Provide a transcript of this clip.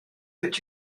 which